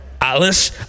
Alice